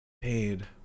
Paid